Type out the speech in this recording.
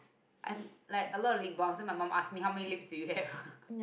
I like a lot of lip balms then my mum asked me how many lips do you have